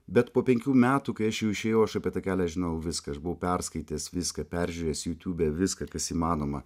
bet po penkių metų kai aš jau išėjau aš apie tą kelią žinojau viską aš buvau perskaitęs viską peržiūrėjęs jūtiube viską kas įmanoma